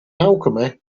alchemy